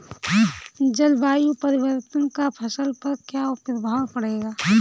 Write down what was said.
जलवायु परिवर्तन का फसल पर क्या प्रभाव पड़ेगा?